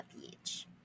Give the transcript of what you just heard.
PH